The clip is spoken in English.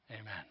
Amen